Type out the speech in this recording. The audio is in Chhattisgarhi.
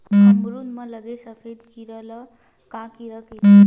अमरूद म लगे सफेद कीरा ल का कीरा कइथे?